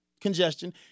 congestion